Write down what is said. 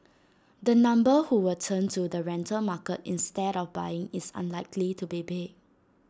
the number who will turn to the rental market instead of buying is unlikely to be big